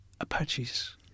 Apache's